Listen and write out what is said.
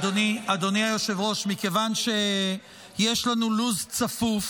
אדוני היושב-ראש, מכיוון שיש לנו לו"ז צפוף